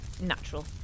natural